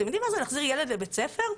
אתם יודעים מה זה להחזיר ילד לבית ספר?